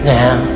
now